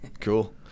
Cool